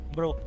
Bro